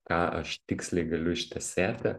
ką aš tiksliai galiu ištesėti